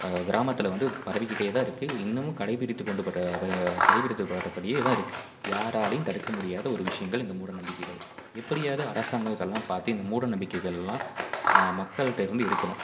கிராமத்தில் வந்து பரவிக்கிட்டேதான் இருக்குது இது இன்னமும் கடைபிடித்துக் கொண்டுப்படுற ப கடைபிடித்து படியேதான் இருக்கு யாராலேயும் தடுக்க முடியாத ஒரு விஷயங்கள் இந்த மூடநம்பிக்கைகள் எப்படியாது அரசாங்கம் இதெல்லாம் பார்த்து இந்த மூடநம்பிக்கைகள்லாம் மக்கள்கிட்ட இருந்து எடுக்கணும்